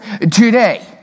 today